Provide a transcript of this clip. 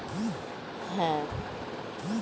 জাতীয় pension scheme পাওয়া গেলে ব্যাঙ্কে একাউন্ট খোলা যায়